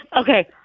Okay